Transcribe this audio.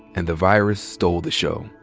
and the virus stole the show.